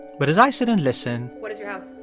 but as i sit and listen. what is your house.